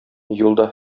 юлда